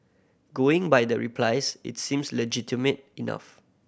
going by the replies its seems legitimate enough